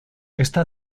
está